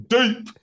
Deep